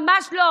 ממש לא.